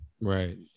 Right